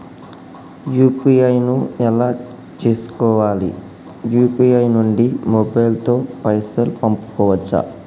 UPI ను ఎలా చేస్కోవాలి యూ.పీ.ఐ నుండి మొబైల్ తో పైసల్ పంపుకోవచ్చా?